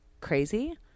crazy